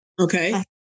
Okay